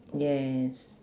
yes